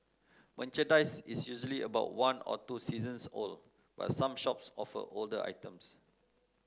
merchandise is usually about one or two seasons old but some shops offer older items